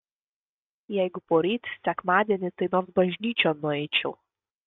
jeigu poryt sekmadienį tai nors bažnyčion nueičiau